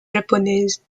japonaise